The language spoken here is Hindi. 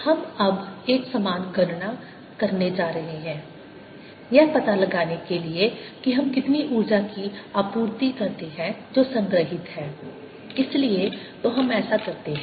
तो हम अब एक समान गणना करने जा रहे हैं यह पता लगाने के लिए कि हम कितनी ऊर्जा की आपूर्ति करते हैं जो संग्रहीत है इसलिए तो हम ऐसा करते हैं